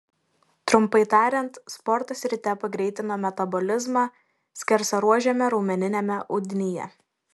trumpai tariant sportas ryte pagreitino metabolizmą skersaruožiame raumeniniame audinyje